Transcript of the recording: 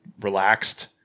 relaxed